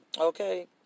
Okay